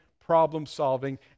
problem-solving